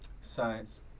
science